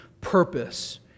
purpose